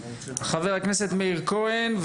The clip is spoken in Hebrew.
חבר הכנסת מאיר כהן,